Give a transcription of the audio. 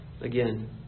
Again